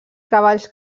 cavalls